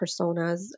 personas